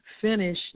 finish